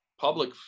public